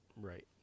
Right